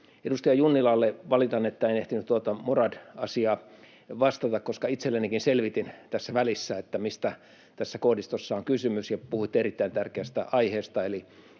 Edustaja Junnilalle: Valitan, että en ehtinyt tuohon Murad-asiaan vastata, koska itsellenikin selvitin tässä välissä, mistä tässä koodistossa on kysymys. Puhuitte erittäin tärkeästä aiheesta